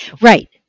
right